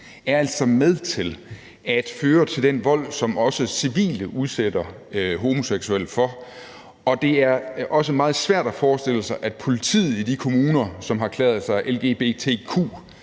er altså med til at føre til den vold, som også civile udsætter homoseksuelle for, og det er også meget svært at forestille sig, at politiet i de kommuner, som har erklæret sig for